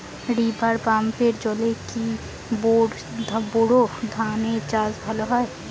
River পাম্পের জলে কি বোর ধানের চাষ ভালো হয়?